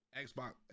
Xbox